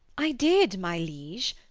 i did, my liege,